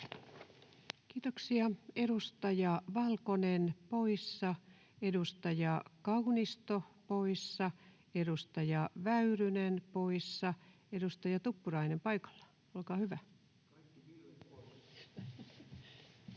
Kiitoksia. — Edustaja Valkonen poissa, edustaja Kaunisto poissa, edustaja Väyrynen poissa. — Edustaja Tuppurainen paikalla, olkaa hyvä.